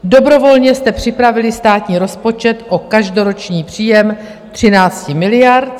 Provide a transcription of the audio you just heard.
Dobrovolně jste připravili státní rozpočet o každoroční příjem 13 miliard.